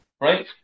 Right